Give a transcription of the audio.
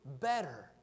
better